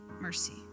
mercy